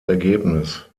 ergebnis